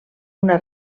una